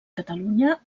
catalunya